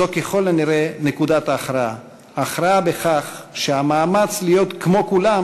זו ככל הנראה נקודת ההכרעה: ההכרה בכך שהמאמץ להיות כמו כולם